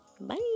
bye